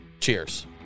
Cheers